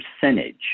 percentage